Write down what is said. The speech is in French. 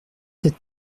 sept